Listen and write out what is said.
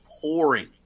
pouring